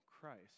Christ